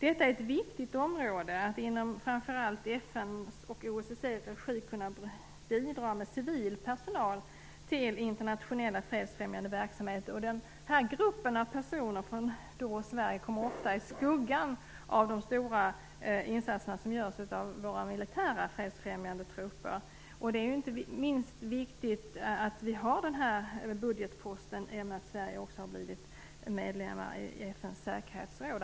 Det är ett viktigt område att inom framför allt FN:s och OSSE:s regi kunna bidra med civil personal till internationell fredsfrämjande verksamhet. Den här gruppen av personer från Sverige kommer ofta i skuggan av de stora insatser som görs av våra militära fredsfrämjande trupper. Det är ju inte minst viktigt att vi har den här budgetposten i och med att Sverige också har blivit medlem i FN:s säkerhetsråd.